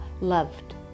loved